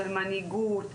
של מנהיגות,